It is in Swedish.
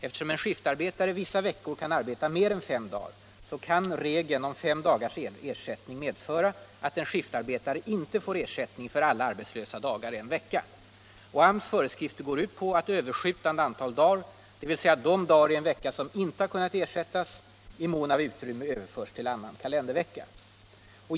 Eftersom en skiftarbetare vissa veckor kan arbeta mer än fem dagar, kan regeln om fem dagars ersättning medföra att en skiftarbetare inte får ersättning för alla arbetslösa dagar en vecka. AMS föreskrifter går ut på att överskjutande antal dagar, dvs. de dagar i en vecka som inte har kunnat ersättas, i mån av utrymme överförs till annan kalendervecka.